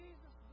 Jesus